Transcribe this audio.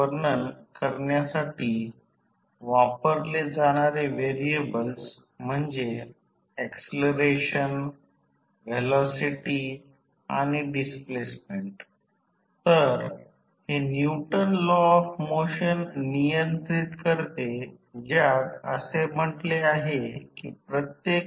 म्हणूनच प्रयोगशाळेत कमी व्होल्टेज च्या बाजूला ओपन सर्किट चाचणी ओपन सर्किट चाचणी करा परंतु दोन्ही बाजूंनी ते शक्य आहे